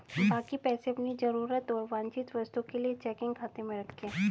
बाकी पैसे अपनी जरूरत और वांछित वस्तुओं के लिए चेकिंग खाते में रखें